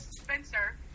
Spencer